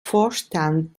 vorstand